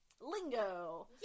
Lingo